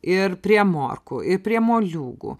ir prie morkų ir prie moliūgų